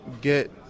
get